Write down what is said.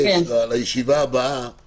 מבקש, אדוני המנהל, שבישיבה הבאה